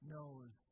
Knows